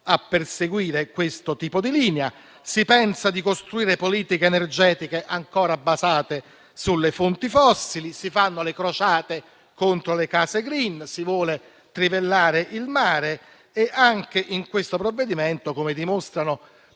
a perseguire questa linea, pensando di costruire politiche energetiche ancora basate sulle fonti fossili, si fanno le crociate contro le case *green*, si vuole trivellare il mare e anche nel provvedimento in esame - come dimostrano